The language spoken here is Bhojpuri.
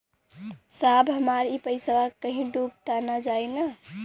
साहब हमार इ पइसवा कहि डूब त ना जाई न?